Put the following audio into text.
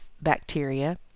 bacteria